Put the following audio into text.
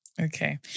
Okay